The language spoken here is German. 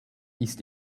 ist